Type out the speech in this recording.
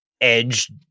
Edge